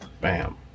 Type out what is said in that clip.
Bam